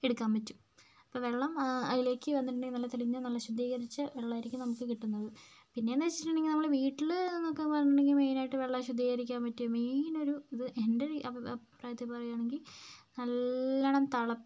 എടുക്കാൻ പറ്റും അപ്പോൾ വെള്ളം അതിലേക്ക് വന്നിട്ടുണ്ടെങ്കിൽ നല്ല തെളിഞ്ഞ നല്ല ശുദ്ധീകരിച്ച വെള്ളമായിരിക്കും നമുക്ക് കിട്ടുന്നത് പിന്നെയെന്ന് വെച്ചിട്ടുണ്ടെങ്കിൽ നമ്മൾ വീട്ടിലെന്നൊക്കെ പറഞ്ഞിട്ടുണ്ടെങ്കിൽ മെയിനായിട്ട് വെള്ളം ശുദ്ധീകരിക്കാൻ പറ്റിയ മെയിനൊരു ഇത് എൻ്റൊരു അഭി അഭിപ്രായത്തിൽ പറയുകയാണെങ്കിൽ നല്ലവണ്ണം തള